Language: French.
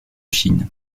chine